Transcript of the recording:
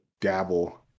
dabble